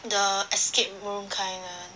the escape world kind uh